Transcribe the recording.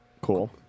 Cool